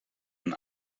and